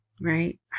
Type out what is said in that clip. right